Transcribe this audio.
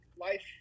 life